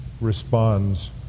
responds